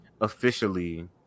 officially